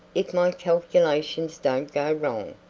if my calculations don't go wrong,